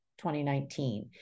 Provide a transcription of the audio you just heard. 2019